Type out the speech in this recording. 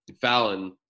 Fallon